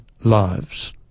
lives